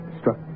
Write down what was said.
struck